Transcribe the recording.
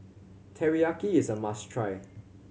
teriyaki is a must try